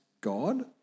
God